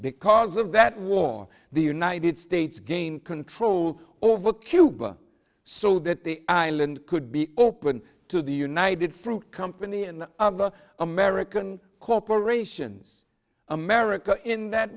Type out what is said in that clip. because of that war the united states gain control over cuba so that the island could be open to the united fruit company and other american corporations america in that